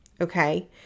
Okay